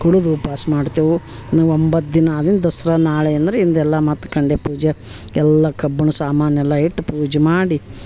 ಕುಡಿದು ಉಪ್ವಾಸ ಮಾಡ್ತೇವೆ ಒಂಬತ್ತು ದಿನ ಆದಿನ ದಸರಾ ನಾಳೆ ಅಂದ್ರೆ ಇದೆಲ್ಲ ಮತ್ತು ಕಂಡೆ ಪೂಜೆ ಎಲ್ಲ ಕಬ್ಬಿಣ ಸಾಮಾನು ಎಲ್ಲ ಇಟ್ಟು ಪೂಜೆ ಮಾಡಿ